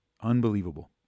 Unbelievable